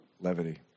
Levity